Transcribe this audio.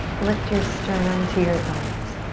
lift your sternum to your thumbs.